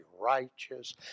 righteous